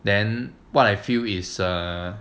then what I feel is err